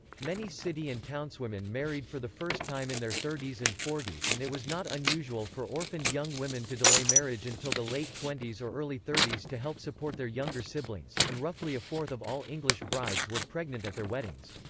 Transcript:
many city and townswomen married for the first time in their thirties and forties and it was not unusual for orphaned young women to delay marriage until the late twenties or early thirties to help support their younger siblings, and roughly a fourth of all english brides were pregnant at their weddings.